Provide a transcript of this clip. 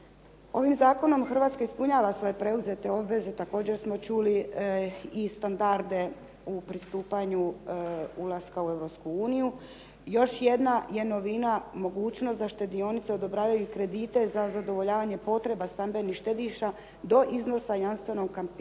Ovim zakonom Hrvatska ispunjava svoje preuzete obveze, također smo čuli i standarde u pristupanju ulaska u Europsku uniju. Još jedna je novina, mogućnost da štedionice odobravaju kredite za zadovoljavanje potreba stambenih štediša do iznosa jamstvenog kapitala